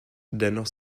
dennoch